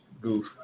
goof